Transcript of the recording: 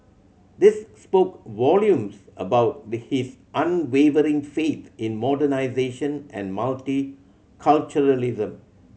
this spoke volumes about the his unwavering faith in modernisation and multiculturalism